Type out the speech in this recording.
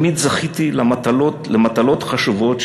תמיד זכיתי למטלות חשובות,